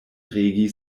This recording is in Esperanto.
regi